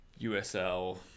USL